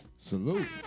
Salute